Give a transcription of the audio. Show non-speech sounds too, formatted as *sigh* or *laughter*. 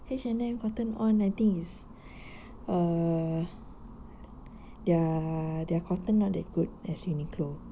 H&M cotton on I think is *breath* err their their cotton not as good as uniqlo